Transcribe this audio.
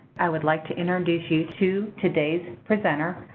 i would like to introduce you to today's presenter,